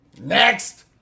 next